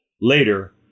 Later